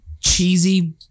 cheesy